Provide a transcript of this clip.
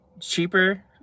Cheaper